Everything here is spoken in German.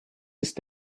ist